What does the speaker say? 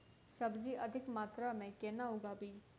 सब्जी अधिक मात्रा मे केना उगाबी?